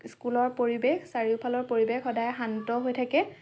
স্কুলৰ পৰিৱেশ চাৰিওফালৰ পৰিৱেশ সদায় শান্ত হৈ থাকে